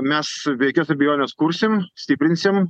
mes be jokios abejonės kursim stiprinsim